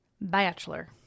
Bachelor